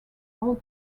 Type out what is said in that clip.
all